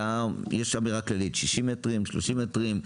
יש אמירה כללית של 60 מטרים, 30 מטרים.